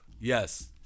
Yes